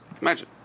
Imagine